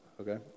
okay